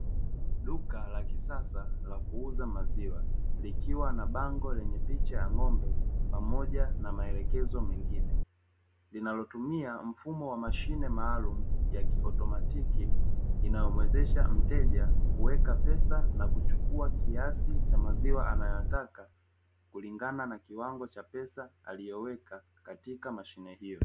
Duka la kisasa la kuuza maziwa likiwa na bango lenye picha ya ng'ombe pamoja na maelekezo mengine linalotumia mfumo wa mashine maalum ya kiautomatiki inayowezesha mteja kuweka pesa na kuchukua kiasi cha maziwa anayotaka kulingana na kiwango cha pesa aliyoweka katika mashine hiyo.